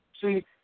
See